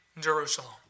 Jerusalem